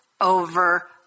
over